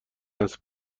است